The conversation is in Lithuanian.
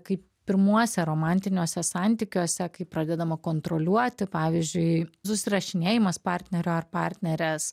kaip pirmuose romantiniuose santykiuose kai pradedama kontroliuoti pavyzdžiui susirašinėjimas partnerio ar partnerės